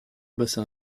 bassin